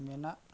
ᱢᱮᱱᱟᱜ